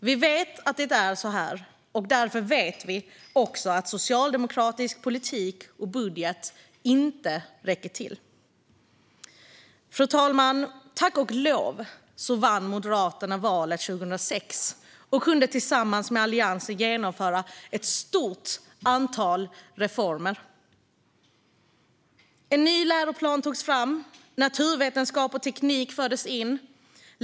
Vi vet att det är så här, och därför vet vi också att socialdemokratisk politik och budget inte räcker till. Fru talman! Tack och lov vann Moderaterna valet 2006 och kunde tillsammans med Alliansen genomföra ett stort antal reformer. En ny läroplan togs fram. Naturvetenskap och teknik fördes in.